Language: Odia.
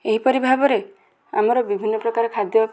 ଏହିପରି ଭାବରେ ଆମର ବିଭିନ୍ନ ପ୍ରକାର ଖାଦ୍ୟ